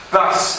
Thus